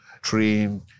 train